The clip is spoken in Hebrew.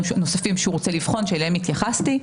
נוספים שהוא רוצה לבחון שאליהם התייחסתי.